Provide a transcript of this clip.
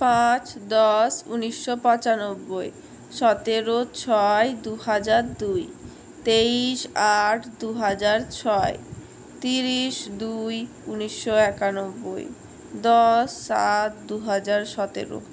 পাঁচ দশ উনিশশো পঁচানব্বই সতেরো ছয় দুহাজার দুই তেইশ আট দুহাজার ছয় তিরিশ দুই উনিশশো একানব্বই দশ সাত দুহাজার সতেরো